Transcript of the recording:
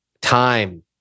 Time